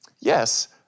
yes